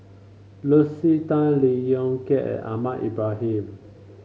Lucy Tan Lee Yong Kiat and Ahmad Ibrahim